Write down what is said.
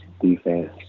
defense